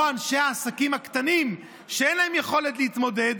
אנשי העסקים הקטנים שאין להם יכולת להתמודד,